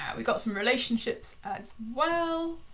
we've got some relationships as well,